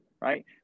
Right